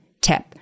tip